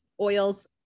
oils